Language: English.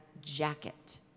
Jacket